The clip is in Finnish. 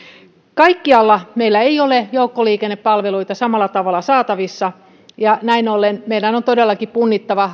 kaikkialla meillä ei ole joukkoliikennepalveluita samalla tavalla saatavissa ja näin ollen meidän on todellakin punnittava